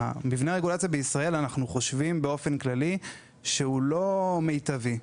אנחנו חושבים שמבנה הרגולציה בישראל הוא לא מיטבי.